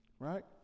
right